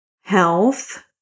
health